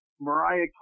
Mariah